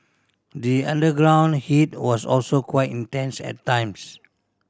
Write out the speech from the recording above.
the underground heat was also quite intense at times